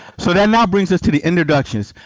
so that now brings us to the introductions.